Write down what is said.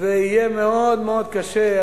ויהיה מאוד מאוד קשה.